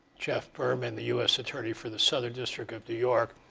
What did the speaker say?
geoff burman, the us attorney for the southern district of new york.